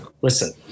listen